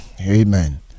Amen